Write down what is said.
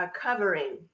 covering